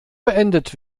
beendet